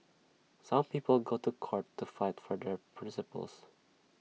some people go to court to fight for their principles